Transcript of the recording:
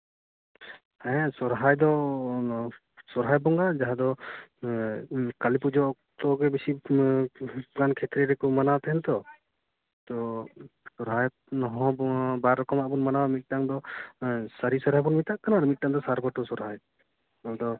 ᱦᱮᱸ ᱥᱚᱨᱦᱟᱭ ᱫᱚ ᱥᱚᱨᱦᱟᱭ ᱵᱚᱸᱜᱟ ᱡᱟᱦᱟᱸ ᱫᱚ ᱠᱟᱹᱞᱤᱯᱩᱡᱟᱹ ᱚᱠᱛᱚ ᱜᱮ ᱵᱮᱥᱤ ᱵᱮᱥᱤᱨᱵᱷᱟᱜᱽ ᱠᱷᱮᱛᱨᱮ ᱫᱚᱠᱚ ᱢᱟᱱᱟᱣ ᱛᱟᱦᱮᱱ ᱫᱚᱠᱚ ᱟᱨ ᱚᱱᱟ ᱦᱚᱸ ᱵᱟᱨ ᱨᱚᱠᱚᱢᱟᱜ ᱵᱚᱱ ᱢᱟᱱᱟᱣᱟ ᱟᱨ ᱢᱤᱫᱴᱮᱱ ᱫᱚ ᱥᱟᱹᱨᱤ ᱥᱚᱨᱦᱟᱭ ᱵᱚᱱ ᱢᱮᱛᱟᱜ ᱠᱟᱱᱟ ᱟᱨ ᱢᱤᱫᱴᱮᱱ ᱫᱚ ᱥᱟᱨ ᱵᱷᱟᱹᱴᱩ ᱥᱚᱨᱦᱟᱭ ᱱᱚᱣᱟᱫᱚ